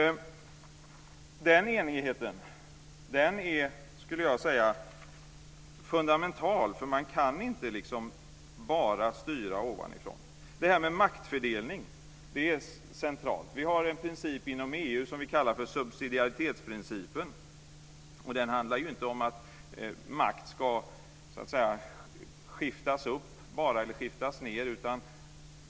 Den enigheten är fundamental. Man kan inte bara styra ovanifrån. Maktfördelning är centralt. Vi har en princip inom EU som vi kallar för subsidiaritetsprincipen. Den handlar inte om att makt bara ska skiftas upp eller skiftas ned.